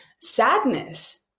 sadness